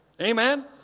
Amen